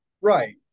Right